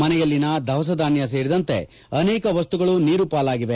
ಮನೆಯಲ್ಲಿನ ದವಸಧಾನ್ಯ ಸೇರಿದಂತೆ ಅನೇಕ ವಸ್ತುಗಳು ನೀರು ಪಾಲಾಗಿವೆ